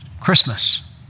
Christmas